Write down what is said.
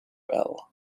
well